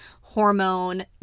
hormone